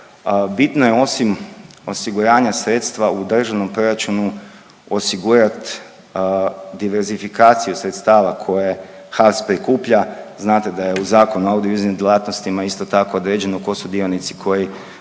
Bitno je osim osiguranja sredstva u državnom proračunu osigurat diversifikaciju sredstava koje HAVC prikuplja. Znate da je u Zakonu o audiovizualnim djelatnostima isto tako određeno ko su dionici koji